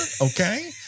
Okay